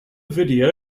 video